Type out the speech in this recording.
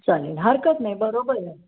चालेल हरकत नाही बरोबर आहे